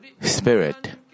Spirit